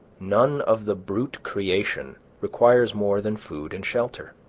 none of the brute creation requires more than food and shelter.